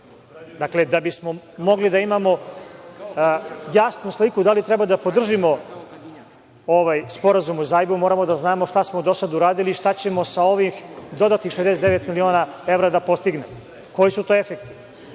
Dakle, da bismo mogli da imamo jasnu sliku da li treba da podržimo ovaj sporazum o zajmu moramo da znamo šta smo do sada uradili, šta ćemo sa ovih dodatnih 69 miliona evra da postignemo. Koji su to efekti?